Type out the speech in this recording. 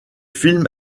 film